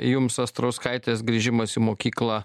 jums astrauskaitės grįžimas į mokyklą